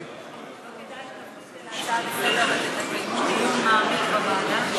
הצעה לסדר-היום, דיון מעמיק בבעיה,